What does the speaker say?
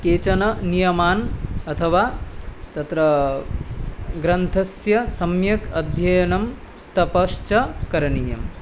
केचन नियमाः अथवा तत्र ग्रन्थस्य सम्यक् अध्ययनं तपश्च करणीयम्